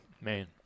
Man